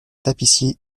tapissiers